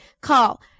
Call